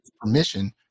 permission